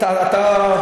אתה,